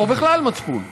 או בכלל מצפון,